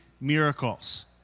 miracles